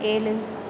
ஏழு